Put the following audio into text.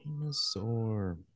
Dinosaur